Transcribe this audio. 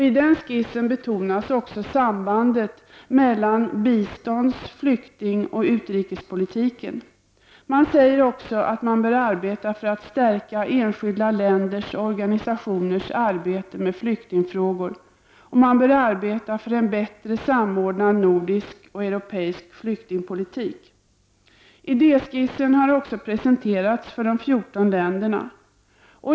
I skissen betonas också sambandet mellan bistånds-, flyktingoch utrikespolitiken. Aarbetsgruppen säger också-att man bör arbeta för att stärka enskilda länders och organisationers arbete med flyktingfrågor och att man bör arbeta för en mer samordnad nordisk och europeisk flyktingpolitik. Idé skissen har också presenterats för de 14 länderna.